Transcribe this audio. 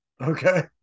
Okay